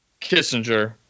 kissinger